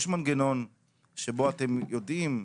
יש מנגנון שבו אתם יודעים,